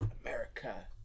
America